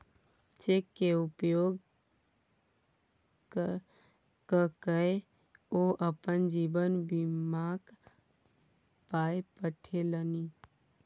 cheque केर उपयोग क कए ओ अपन जीवन बीमाक पाय पठेलनि